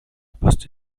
poste